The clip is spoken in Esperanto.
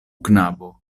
knabo